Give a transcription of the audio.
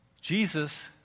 Jesus